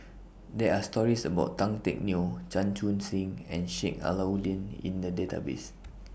There Are stories about Tan Teck Neo Chan Chun Sing and Sheik Alau'ddin in The Database